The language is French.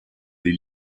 les